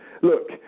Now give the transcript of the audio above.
look